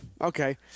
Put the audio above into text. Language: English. okay